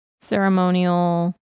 ceremonial